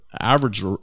average